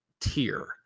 tier